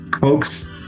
folks